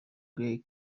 grey